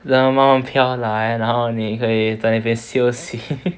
慢慢飘来然后你可以在那边休息